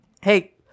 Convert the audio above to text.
Hey